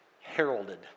heralded